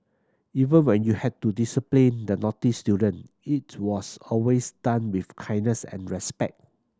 even when you had to discipline the naughty student it was always done with kindness and respect